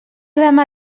demà